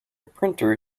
printer